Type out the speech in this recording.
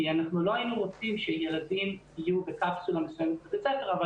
כי אנחנו לא היינו רוצים שילדים יהיו בקפסולה מסוימת בבית ספר אבל